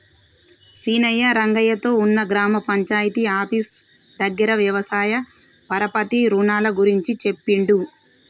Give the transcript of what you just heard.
సీనయ్య రంగయ్య తో ఉన్న గ్రామ పంచాయితీ ఆఫీసు దగ్గర వ్యవసాయ పరపతి రుణాల గురించి చెప్పిండు